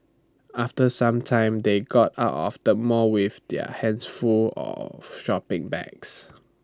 after some time they got out of the mall with their hands full of shopping bags